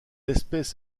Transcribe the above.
espèce